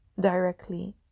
directly